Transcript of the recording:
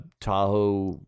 Tahoe